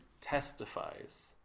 testifies